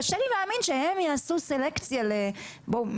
קשה לי להאמין שהם יעשו סלקציה למזרחים.